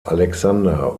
alexander